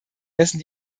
messen